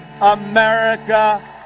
America